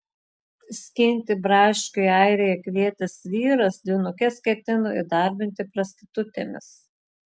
skinti braškių į airiją kvietęs vyras dvynukes ketino įdarbinti prostitutėmis